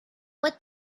what